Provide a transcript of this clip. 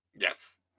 Yes